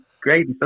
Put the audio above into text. great